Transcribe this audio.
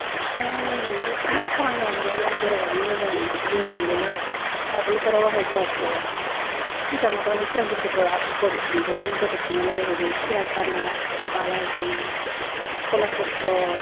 आं ओरैनो खामानि दामानि मावनो रोङाहाय आं बेरायनानै मोजां मोनोमोन आरो आगोलावथ' आरो आङो गुवाहाटीयाव सिगाङाव तारमाने सिगां बोसोरफोराव गुवाहाटीयाव थांदोंंमोन गुवाहाटीयाव थांनानै ओरैनो सिरियाखाना बालाजि कलाक्षेत्र'